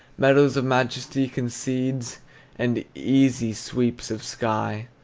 meadows of majesty concedes and easy sweeps of sky.